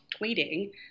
tweeting